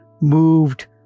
moved